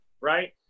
right